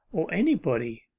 or anybody,